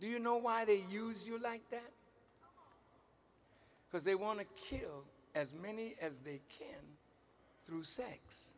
do you know why they use you like that because they want to kill as many as they can through sex